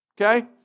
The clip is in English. Okay